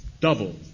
double